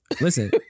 Listen